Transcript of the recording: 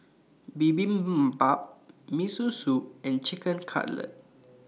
Bibimbap Miso Soup and Chicken Cutlet